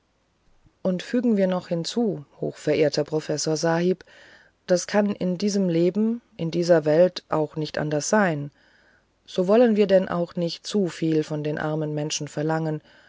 und fügen wir hinzu hochverehrter professor sahib das kann in diesem leben in dieser welt auch nicht anders sein so wollen wir denn auch nicht zu viel von den armen menschen verlangen